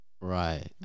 Right